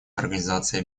организации